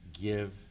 give